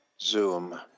Zoom